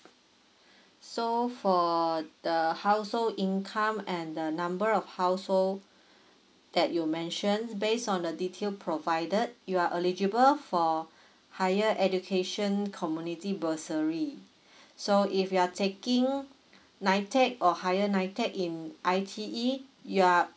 so for the household income and the number of household that you mentioned based on the detail provided you are eligible for higher education community bursary so if you are taking nitec or higher nitec in I_T_E you're